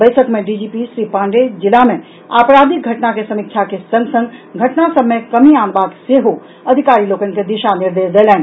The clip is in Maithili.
बैसक में डीजीपी श्री पांडेय जिला मे आपराधिक घटना के समीक्षा के संग संग घटना सभ मे कमी आनबाक सेहो अधिकारी लोकनि के दिशा निर्देश देलनि